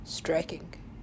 Striking